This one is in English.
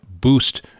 boost